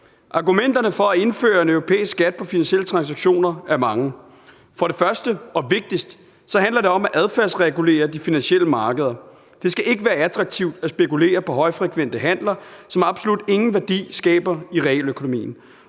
Argumenterne for at indføre en europæisk skat på finansielle transaktioner er mange. For det første og vigtigst handler det om at adfærdsregulere de finansielle markeder. Det skal ikke være attraktivt at spekulere i højfrekvente handler, som absolut ingen værdi skaber i realøkonomien,